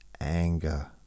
anger